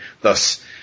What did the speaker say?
Thus